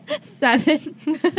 Seven